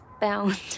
Bound